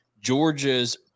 Georgia's